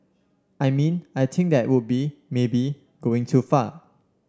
I mean I think that would be maybe going too far